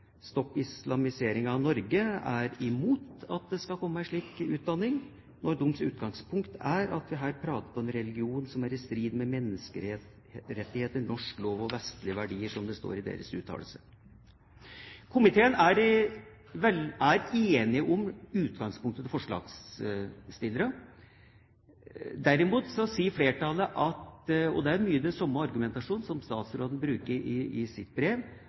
Stopp islamiseringen av Norge – er imot at det skal komme en slik utdanning, når deres utgangspunkt er at her prates det om en religion som er i strid med menneskerettigheter, norsk lov og vestlige verdier, som det står i deres innspill. Komiteen er enig i utgangspunktet til forslagsstillerne. Men flertallet sier – og det er mye samme argumentasjon som statsråden bruker i sitt brev